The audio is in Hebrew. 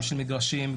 גם מגרשים,